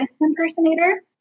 impersonator